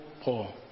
Paul